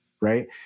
right